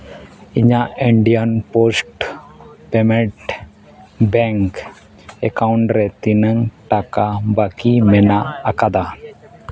ᱤᱧᱟᱹᱜ Indian post payment bank account ᱨᱮ ᱛᱤᱱᱟᱹᱜ ᱴᱟᱠᱟ ᱵᱟᱹᱠᱤ ᱢᱮᱱᱟᱜ ᱟᱠᱟᱫᱟ